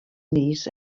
knees